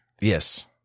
Yes